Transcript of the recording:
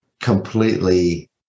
completely